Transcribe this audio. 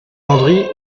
landry